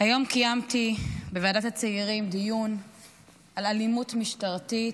היום קיימתי בוועדת הצעירים דיון על אלימות משטרתית,